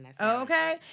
Okay